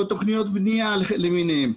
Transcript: או תוכניות בנייה למיניהן,